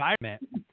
environment